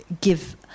give